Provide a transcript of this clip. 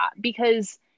Because-